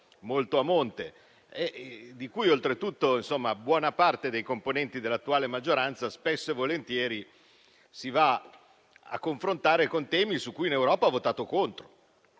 molto a monte, in cui oltretutto buona parte dei componenti dell'attuale maggioranza spesso e volentieri si confrontano con temi su cui in Europa hanno votato contro.